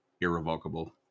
irrevocable